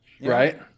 Right